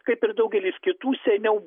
kaip ir daugelis kitų seniau